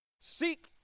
Seek